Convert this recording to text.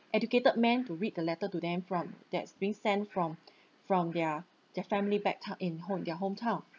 educated men to read the letter to them from that's being sent from from their their family back town in home their hometown